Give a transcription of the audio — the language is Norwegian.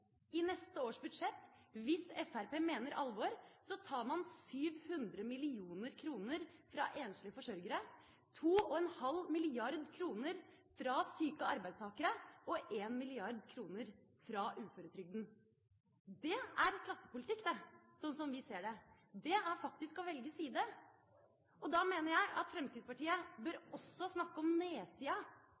I neste års budsjett, hvis Fremskrittspartiet mener alvor, tar man 700 mill. kr fra enslige forsørgere, 2,5 mrd. kr fra syke arbeidstakere og 1 mrd. kr fra uføretrygden. Det er klassepolitikk, sånn vi ser det. Det er faktisk å velge side. Da mener jeg at Fremskrittspartiet også bør snakke om nedsida